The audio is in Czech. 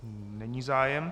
Není zájem.